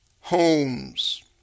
homes